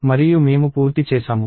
మరియు మేము పూర్తి చేసాము